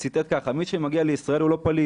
הוא אמר כך: "מי שמגיע לישראל הוא לא פליט,